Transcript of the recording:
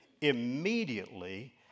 immediately